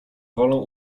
wolę